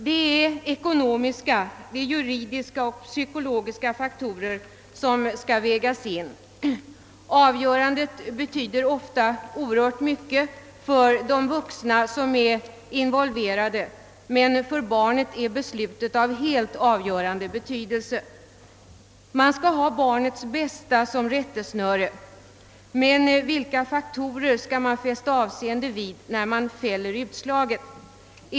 Det är ekonomiska, juridiska och psykologiska faktorer man skall ta hänsyn till. Avgörandet betyder ofta oerhört mycket för de vuxna som berörs, men för barnet är beslutet av helt av görande betydelse, Man skall ha barnets bästa som rättesnöre, men vilka faktorer skall man fästa avseende vid när man fäller utslaget?